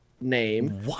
name